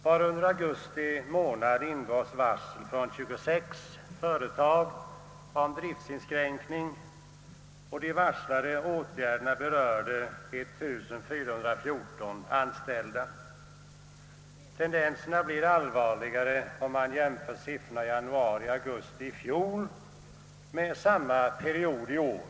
Bara under augusti månad ingavs varsel om driftinskränkning från 26 företag, och de varslade åtgärderna berörde 1 414 anställda. Tendenserna blir allvarligare om man jämför siffrorna för januari—augusti i fjol med samma period i år.